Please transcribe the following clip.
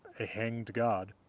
a hanged god,